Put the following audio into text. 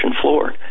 floor